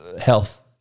health